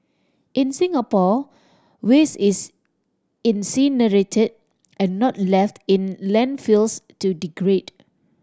in Singapore waste is incinerated and not left in landfills to degrade